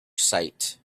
sight